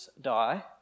die